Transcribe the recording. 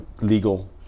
legal